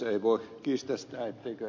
ei voi väittää ettei ed